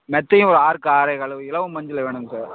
மெத்தையும் ஒரு ஆறுக்கு ஆறே கால் இலவம் பஞ்சில் வேணுங்க சார்